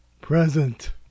present